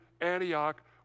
Antioch